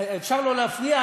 אפשר שלא להפריע?